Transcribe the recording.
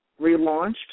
relaunched